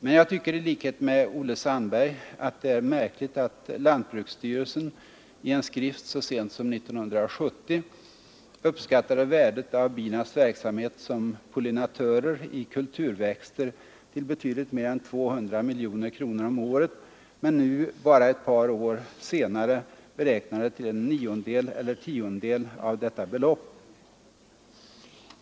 Man jag tycker — i likhet med Olle Sandberg — att det är märkligt att lantbruksstyrelsen i en skrift så sent som 1970 uppskattade värdet av binas verksamhet som pollinatörer i kulturväxter till betydligt mer än 200 miljoner kronor om året men nu, bara ett par år senare, beräknar det till en niondel eller tiondel av detta belopp.